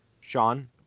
Sean